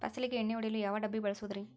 ಫಸಲಿಗೆ ಎಣ್ಣೆ ಹೊಡೆಯಲು ಯಾವ ಡಬ್ಬಿ ಬಳಸುವುದರಿ?